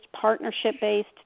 partnership-based